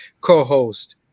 Co-host